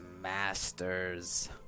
masters